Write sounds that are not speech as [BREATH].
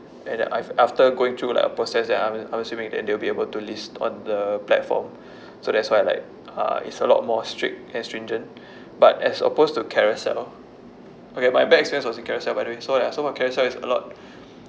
and then I've after going through like a process that I'm I'm assuming that they'll be able to list on the platform [BREATH] so that's why like uh it's a lot more strict and stringent [BREATH] but as opposed to carousell okay my bad experience was in carousell by the way so ya so more carousell is a lot [BREATH]